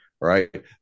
right